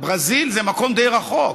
ברזיל זה מקום די רחוק,